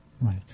right